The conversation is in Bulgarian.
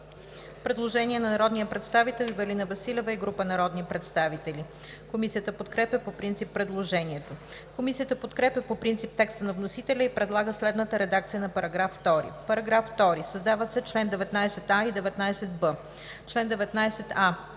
предложение на народния представител Ивелина Василева и група народни представители. Комисията подкрепя по принцип предложението. Комисията подкрепя по принцип текста на вносителя и предлага следната редакция на § 2: „§ 2. Създават се чл. 19а и 19б: „Чл. 19а.